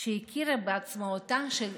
שהכירו בעצמאותה של